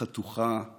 חתוכה /